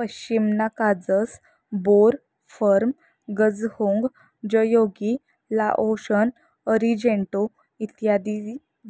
पश्मिना काजस, बोर, फर्म, गझहोंग, जयोगी, लाओशन, अरिजेंटो इत्यादी